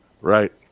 Right